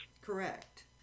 Correct